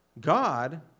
God